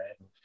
right